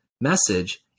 message